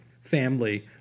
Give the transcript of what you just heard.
family